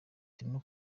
turimo